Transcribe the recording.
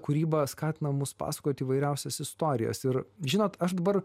kūryba skatina mus pasakoti įvairiausias istorijas ir žinot aš dabar